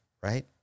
right